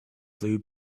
flew